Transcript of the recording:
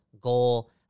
Goal